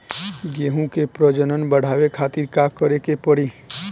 गेहूं के प्रजनन बढ़ावे खातिर का करे के पड़ी?